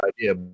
idea